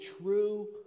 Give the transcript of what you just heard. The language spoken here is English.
true